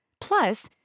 Plus